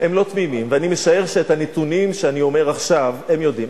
ואני משער שאת הנתונים שאני אומר עכשיו הם יודעים.